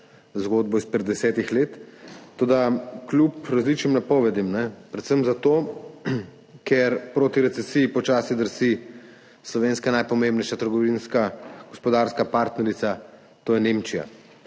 zgodbo izpred 10 let, toda kljub različnim napovedim predvsem zato, ker proti recesiji počasi drsi slovenska najpomembnejša trgovinska gospodarska partnerica, to je Nemčija.